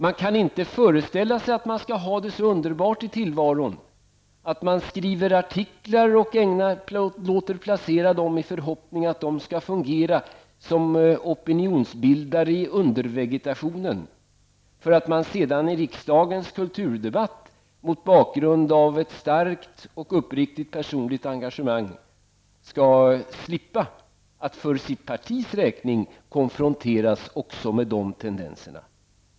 Man kan inte föreställa sig att man skall ha det så underbart i tillvaron att man skriver artiklar och låter publicera dem, i förhoppning att de skall fungera som opinionsbildare i undervegetationen, och sedan i riksdagens kulturdebatt, mot bakgrund av ett starkt och uppriktigt personligt engagemang, skall slippa att för sitt partis räkning konfronteras med de tendenserna.